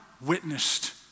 witnessed